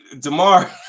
DeMar